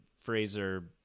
Fraser